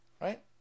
right